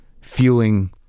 fueling